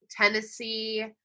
tennessee